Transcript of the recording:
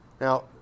Now